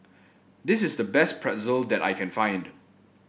this is the best Pretzel that I can find